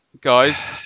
guys